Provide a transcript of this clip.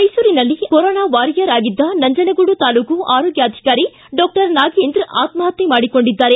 ಮೈಸೂರಿನಲ್ಲಿ corona warrior ಆಗಿದ್ದ ನಂಜನಗೂಡು ತಾಲೂಕು ಆರೋಗ್ಯಾಧಿಕಾರಿ ಡಾಕ್ಸರ್ ನಾಗೇಂದ್ರ ಆತ್ಸಪತ್ತು ಮಾಡಿಕೊಂಡಿದ್ದಾರೆ